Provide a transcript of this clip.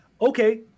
okay